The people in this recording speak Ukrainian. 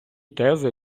тези